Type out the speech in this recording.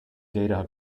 data